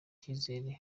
icyizere